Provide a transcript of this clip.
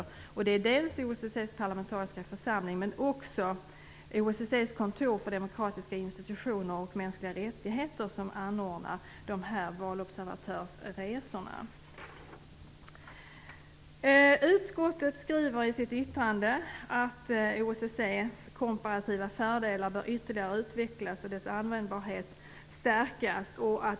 Dessa valobservatörsresor anordnas dels av OSSE:s parlamentariska församling, dels av OSSE:s kontor för demokratiska institutioner och mänskliga rättigheter. Utskottet skriver i sitt yttrande att OSSE:s komparativa fördelar ytterligare bör utvecklas och dess användbarhet stärkas.